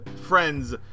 friends